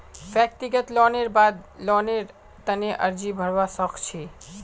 व्यक्तिगत लोनेर बाद लोनेर तने अर्जी भरवा सख छि